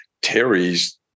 Terry's